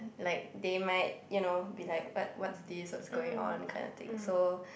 like they might you know be like what what's this what's going on kind of thing so